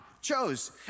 chose